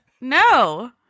No